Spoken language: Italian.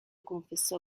confessò